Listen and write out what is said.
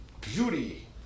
Beauty